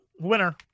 Winner